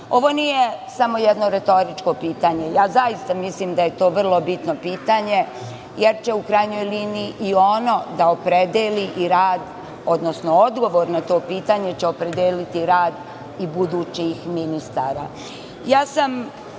Ovo nije samo jedno retoričko pitanje. Zaista mislim da je to vrlo bitno pitanje, jer će u krajnjoj liniji i ono da opredeli i rad odnosno odgovor na to pitanje će opredeliti rad i budućih ministara. Htela